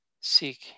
seek